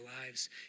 lives